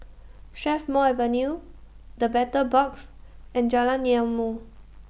Strathmore Avenue The Battle Box and Jalan Ilmu